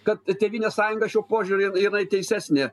kad tėvynės sąjunga šiuo požiūriu jinai teisesnė